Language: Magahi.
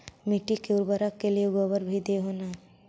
मिट्टी के उर्बरक के लिये गोबर भी दे हो न?